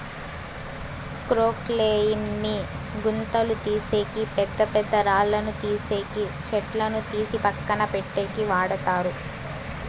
క్రొక్లేయిన్ ని గుంతలు తీసేకి, పెద్ద పెద్ద రాళ్ళను తీసేకి, చెట్లను తీసి పక్కన పెట్టేకి వాడతారు